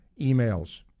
emails